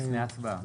לפני ההצבעה.